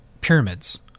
pyramids